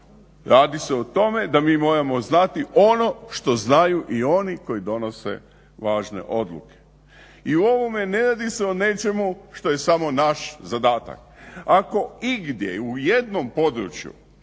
radi se o tome da mi moramo znati ono što znaju i oni koji donose važne odluke. I u ovome ne radi se o nečemu što je samo naš zadatak. Ako igdje u jednom području